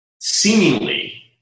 seemingly